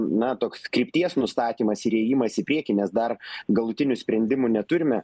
na toks krypties nustatymas ir įėjimas į priekį nes dar galutinių sprendimų neturime